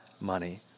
money